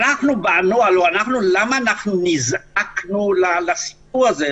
למה אנחנו נזעקנו לסיפור הזה?